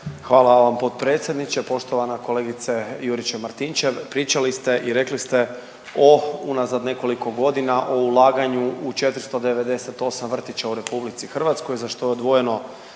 Hvala vam potpredsjedniče, poštovana kolegice Juričev-Martinčev. Pričali ste i rekli ste o unazad nekoliko godina o ulaganju u 498 vrtića u RH, za što je izdvojeno